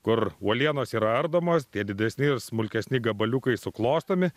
kur uolienos yra ardomos tie didesni ir smulkesni gabaliukai suklostomi